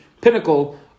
pinnacle